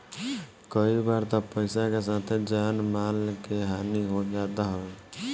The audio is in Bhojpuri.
कई बार तअ पईसा के साथे जान माल के हानि हो जात हवे